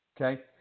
Okay